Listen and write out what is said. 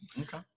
Okay